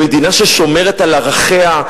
במדינה ששומרת על ערכיה,